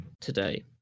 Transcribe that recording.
today